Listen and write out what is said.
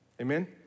Amen